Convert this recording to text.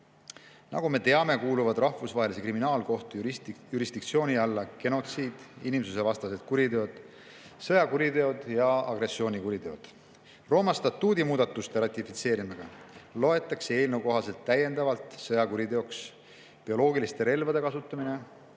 me teame, kuuluvad Rahvusvahelise Kriminaalkohtu jurisdiktsiooni alla genotsiid, inimsusevastased kuriteod, sõjakuriteod ja agressioonikuriteod. Rooma statuudi muudatuste ratifitseerimisega loetakse eelnõu kohaselt täiendavalt sõjakuriteoks bioloogiliste relvade kasutamine,